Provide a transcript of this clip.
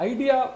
Idea